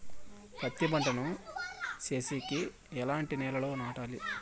పత్తి పంట ను సేసేకి ఎట్లాంటి నేలలో నాటాలి?